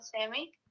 Sammy